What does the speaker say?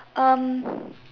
um